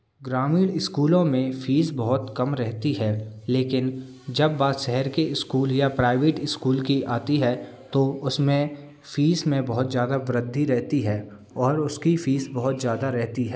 ग्रामीण इस्कूलों में फीस बहुत कम रहती है लेकिन जब बात शहर के इस्कूल या प्राइवेट इस्कूल की आती है तो उसमें फीस में बहुत ज़्यादा वृद्धि रहती है और उसकी फीस बहुत ज़्यादा रहती है